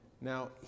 now